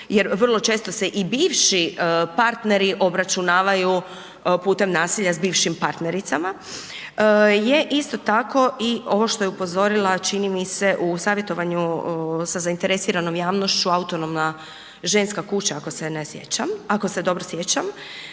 jer vrlo često se i bivši partneri obračunavaju putem nasilja s bivšim partnericama je isto tako i ovo što je upozorila čini mi se u savjetovanju sa zainteresiranom javnošću Autonomna ženska kuća ako se dobro sjećam,